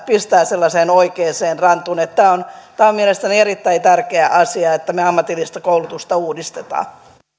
pistää sellaiseen oikeaan rantuun on mielestäni erittäin tärkeä asia että me ammatillista koulutusta uudistamme